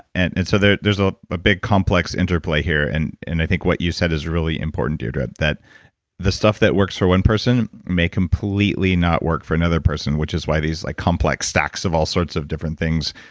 and and so there's a ah ah big complex interplay here, and and i think what you said is really important deirdre, that the stuff that works for one person may completely not work for another person, which is why these like complex stacks of all sorts of different things.